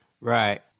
right